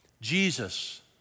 Jesus